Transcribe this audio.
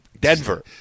Denver